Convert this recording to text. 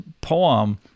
poem